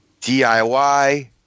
DIY